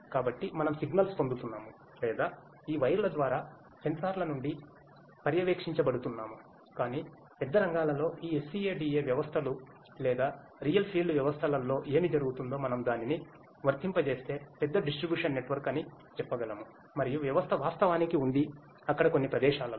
కాబట్టి మనము సిగ్నల్స్ పొందుతున్నాము లేదా ఈ వైర్ల ద్వారా సెన్సార్ల నుండి పర్యవేక్షించబడుతున్నాము కాని పెద్ద రంగాలలో ఈ SCADA వ్యవస్థలు లేదా రియల్ ఫీల్డ్ వ్యవస్థలలో ఏమి జరుగుతుందో మనం దానిని వర్తింపజేస్తే పెద్ద డిస్ట్రిబ్యూషన్ నెట్వర్క్ అని చెప్ప గలము మరియు వ్యవస్థ వాస్తవానికి ఉంది అక్కడ కొన్ని ప్రదేశాలలో